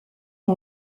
non